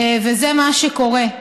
וזה מה שקורה.